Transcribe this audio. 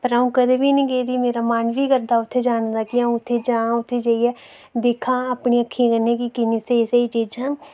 पर अ'ऊं कदें बी नेईं गेदी मेरा मन बी करदा अ'ऊं उत्थै जां उत्थै जाइयै दिक्खां अपनी अक्खियें कन्नै कि किन्नी स्हेई स्हेई चीजां न